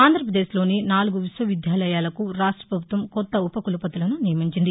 ఆంధ్రప్రదేశ్ లోని నాలుగు విశ్వ విద్యాలయాలకు రాష్ట ప్రభుత్వం కొత్త ఉప కుల పతులను నియమించింది